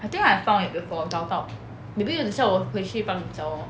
I think I found it before 找到 maybe 等下我回去帮你找 lor